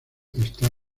está